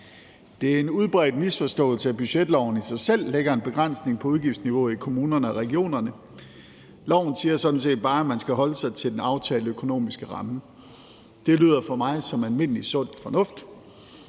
Det er en udbredt misforståelse, at budgetloven i sig selv lægger en begrænsning på udgiftsniveauet i kommunerne og regionerne. Loven siger sådan set bare, at man skal holde sig til den aftalte økonomiske ramme. Det lyder for mig som almindelig sund fornuft,